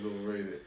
overrated